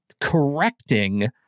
correcting